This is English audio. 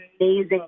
amazing